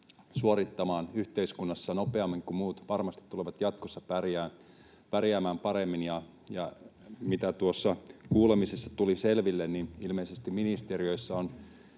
ennakointia yhteiskunnassa nopeammin kuin muut, varmasti tulevat jatkossa pärjäämään paremmin. Se, mitä tuossa kuulemisessa tuli selville, oli se, että ilmeisesti ministeriöissä on